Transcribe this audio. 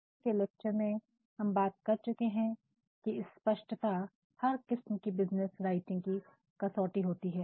पहले के लेक्चर में हम बात कर चुके है कि स्पष्टता हर किस्म की बिज़नेस राइटिंग की कसौटी होती है